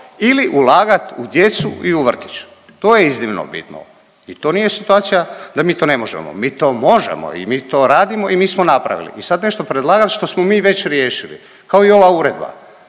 ili ulagati u djecu i u vrtić. To je iznimno bitno i to nije situacija da mi ne možemo, mi to možemo i mi to radimo i mi smo napravili i sad nešto predlagati što smo mi već riješili, kao i ova uredba.